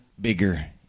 bigger